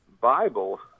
Bible